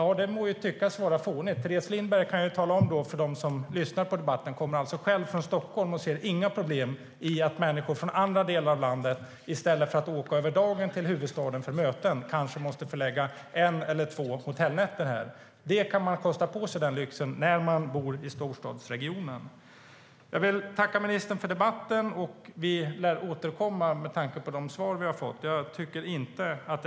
Ja, den må tyckas vara fånig. Jag kan då tala om för dem som lyssnar på debatten att Teres Lindberg själv kommer från Stockholm och inte ser några problem i att människor från andra delar av landet kanske måste förlägga en eller två hotellnätter hit i stället för att åka över dagen till huvudstaden för möten. Man kan kosta på sig den lyxen när man bor i storstadsregionen. Jag vill tacka ministern för debatten. Med tanke på de svar vi har fått lär vi återkomma.